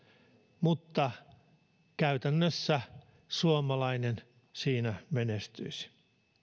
käytännössä suomalainen siinä menestyisi